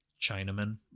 Chinaman